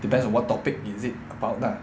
it depends on what topic is it about lah